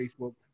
Facebook